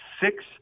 six